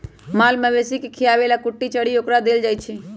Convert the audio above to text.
माल मवेशी के खीयाबे बला कुट्टी चरी ओकरा देल जाइ छै